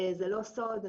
זה לא סוד,